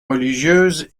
religieuse